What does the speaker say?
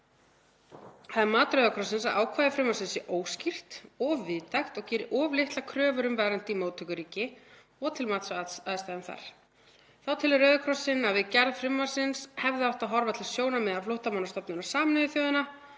er mat Rauða krossins að ákvæði frumvarpsins sé óskýrt, of víðtækt og geri of litlar kröfur um vernd í móttökuríki og til mats á aðstæðum þar. Þá telur Rauði krossinn að við gerð frumvarpsins hefði átt að horfa til sjónarmiða Flóttamannastofnunar Sameinuðu þjóðanna.